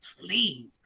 please